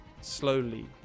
slowly